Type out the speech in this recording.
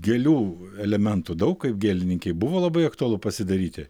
gėlių elementų daug kaip gėlininkei buvo labai aktualu pasidaryti